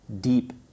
deep